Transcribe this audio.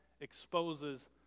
exposes